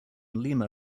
lima